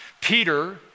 Peter